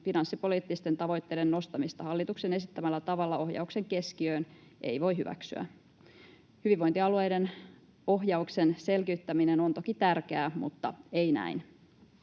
finanssipoliittisten tavoitteiden nostamista hallituksen esittämällä tavalla ohjauksen keskiöön ei voi hyväksyä. Hyvinvointialueiden ohjauksen selkiyttäminen on toki tärkeää, mutta ei näin.